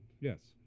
Yes